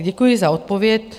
Děkuji za odpověď.